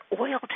oil